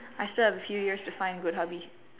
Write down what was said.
I still have a few years to find a good hobby